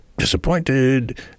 disappointed